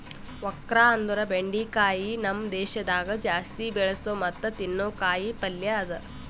okra ಅಂದುರ್ ಬೆಂಡಿಕಾಯಿ ನಮ್ ದೇಶದಾಗ್ ಜಾಸ್ತಿ ಬೆಳಸೋ ಮತ್ತ ತಿನ್ನೋ ಕಾಯಿ ಪಲ್ಯ ಅದಾ